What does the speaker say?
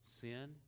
sin